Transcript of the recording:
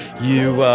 you